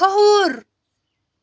کھوٚہُر